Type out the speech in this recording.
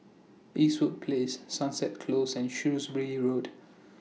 Eastwood Place Sunset Close and Shrewsbury Road